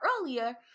earlier